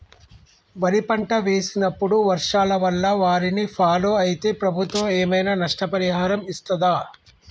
వరి పంట వేసినప్పుడు వర్షాల వల్ల వారిని ఫాలో అయితే ప్రభుత్వం ఏమైనా నష్టపరిహారం ఇస్తదా?